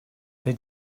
they